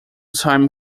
time